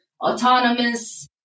autonomous